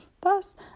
Thus